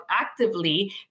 actively